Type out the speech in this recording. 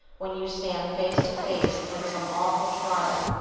when you stand face to face with some awful trial,